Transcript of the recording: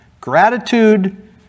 Gratitude